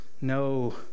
No